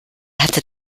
hat